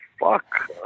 fuck